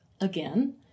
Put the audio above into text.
Again